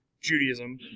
Judaism